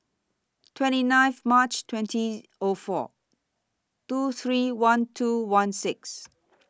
twenty nine March twenty O four two three one two one six